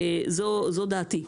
זאת דעתי.